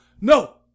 No